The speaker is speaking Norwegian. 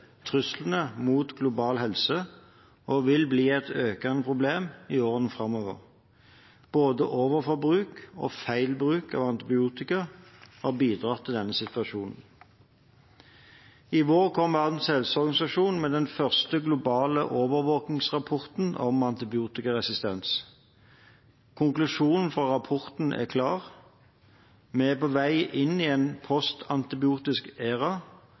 truslene mot global helse og vil bli et økende problem i årene framover. Både overforbruk og feil bruk av antibiotika har bidratt til denne situasjonen. I vår kom Verdens helseorganisasjon med den første globale overvåkningsrapporten om antibiotikaresistens. Konklusjonen fra rapporten er klar: Vi er på vei inn i en